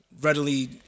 readily